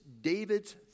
David's